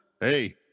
Hey